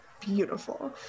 beautiful